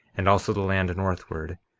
and also the land northward.